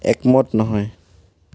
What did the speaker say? একমত নহয়